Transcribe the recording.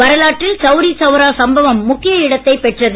வரலாற்றில் சவுரி சவுரா சம்பவம் முக்கிய இடத்தைப் பெற்றது